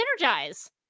synergize